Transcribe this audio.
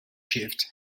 shift